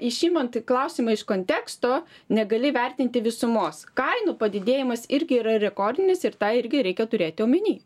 išimant į klausimą iš konteksto negali vertinti visumos kainų padidėjimas irgi yra rekordinis ir tą irgi reikia turėti omeny